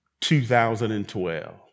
2012